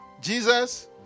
Jesus